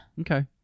Okay